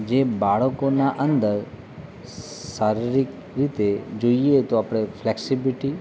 જે બાળકોના અંદર શારીરિક રીતે જોઈએ તો આપણે ફલેક્સીબ્લીટી